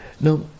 Now